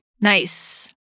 Nice